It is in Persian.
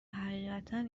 حقیقتا